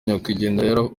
nyakwigendera